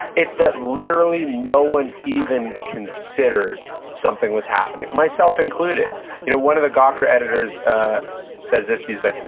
it's that literally no one even considered something was happening. myself included you know one of the gawker editors says this, he's ah